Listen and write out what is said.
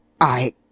I